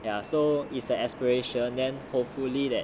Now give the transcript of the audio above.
ya so is an aspiration then hopefully there